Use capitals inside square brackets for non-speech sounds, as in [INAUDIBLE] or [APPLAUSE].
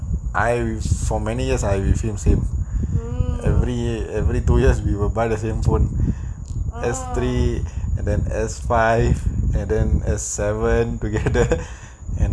I use so many years I refuse him every every two years we will buy the same phone S three and then S five and then as seven together [LAUGHS] and then